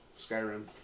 Skyrim